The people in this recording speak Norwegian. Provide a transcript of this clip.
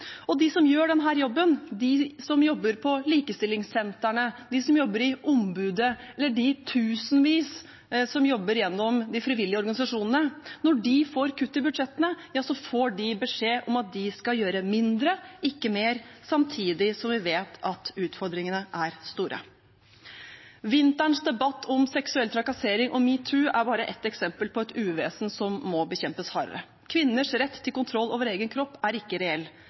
Når de som gjør denne jobben, de som jobber på likestillingssentrene, de som jobber i ombudet, eller de tusenvis som jobber gjennom de frivillige organisasjonene, får kutt i budsjettene, får de beskjed om at de skal gjøre mindre, ikke mer, samtidig som vi vet at utfordringene er store. Vinterens debatt om seksuell trakassering og metoo er bare ett eksempel på et uvesen som må bekjempes hardere. Kvinners rett til kontroll over egen kropp er ikke reell.